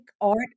art